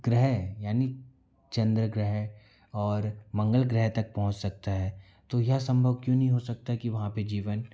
ग्रह यानि चंद्र ग्रह और मंगल ग्रह तक पहुँच सकता है तो यह सम्भव क्यूँ नहीं हो सकता कि वहाँ पर जीवन